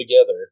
together